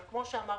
אבל כמו שאמרתי,